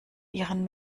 ihren